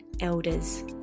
elders